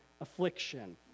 affliction